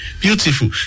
Beautiful